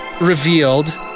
revealed